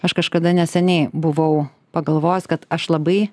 aš kažkada neseniai buvau pagalvojus kad aš labai